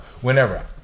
whenever